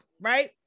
right